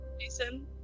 Jason